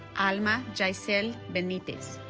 alma jaycel benitez